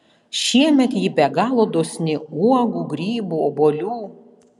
šiemet ji be galo dosni uogų grybų obuolių